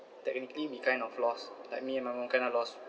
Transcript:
technically we kind of lost like me and my mum kind of lost